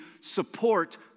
support